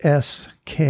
SK